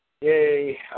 Yay